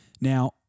Now